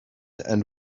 and